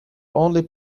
only